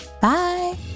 Bye